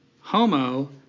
Homo